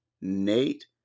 Nate